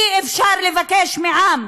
אי-אפשר לבקש מעם